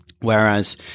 whereas